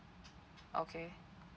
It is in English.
okay